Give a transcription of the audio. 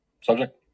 subject